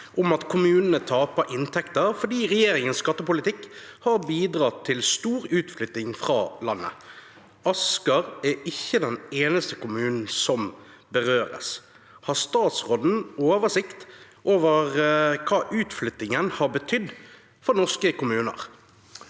om at kommunen taper inntekter fordi regjeringens skattepolitikk har bidratt til stor utflytting fra landet. Asker er ikke den eneste kommunen som berøres. Har statsråden oversikt over hva utflyttingen har betydd for norske kommuner?»